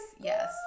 Yes